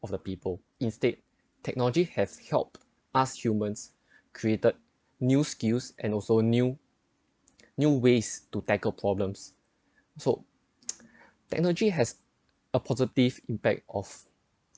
of the people instead technology has helped us humans created new skills and also new new ways to tackle problems so technology has a positive impact of